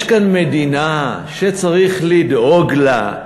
יש כאן מדינה שצריך לדאוג לה,